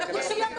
אנחנו צריכים להיות